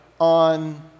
on